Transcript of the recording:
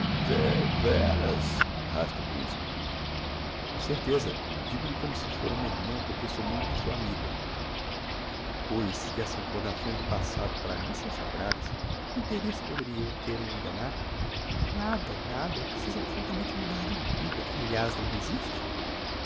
vé éras arrasta o principe com certeza digo lho como se fôra uma irmã porque sou muito sua amiga pois que as recordações do passado para mim são sagradas que interesse poderia eu ter em o enganar nada nada é preciso absolutamente mudar de vida aliás não resiste